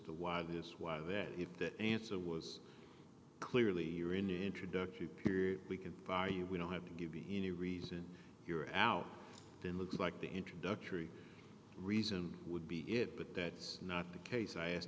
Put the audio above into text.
to why this was that if the answer was clearly you're in introductory period we can fire you we don't have to give you any reason you're out then looks like the introductory reason would be it but that's not the case i asked